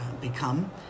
become